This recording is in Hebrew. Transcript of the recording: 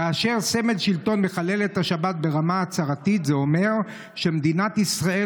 כאשר סמל שלטון מחלל את השבת ברמה ההצהרתית זה אומר שמדינת ישראל